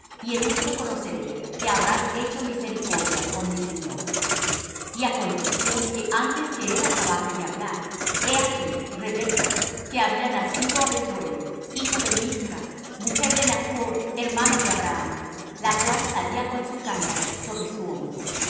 y en esto conoceré que habrás hecho misericordia con mi señor y aconteció que antes que él acabase de hablar he aquí rebeca que había nacido á bethuel hijo de milca mujer de nachr hermano de abraham la cual salía con su cántaro sobre su hombro